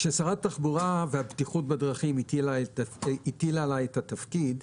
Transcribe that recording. כששרת התחבורה והבטיחות בדרכים הטילה עלי את התפקיד,